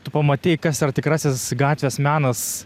tu pamatei kas yra tikrasis gatvės menas